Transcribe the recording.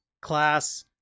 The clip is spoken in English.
class